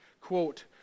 Quote